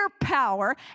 power